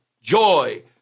joy